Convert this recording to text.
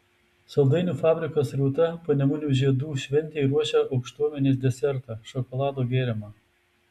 saldainių fabrikas rūta panemunių žiedų šventei ruošia aukštuomenės desertą šokolado gėrimą